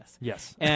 yes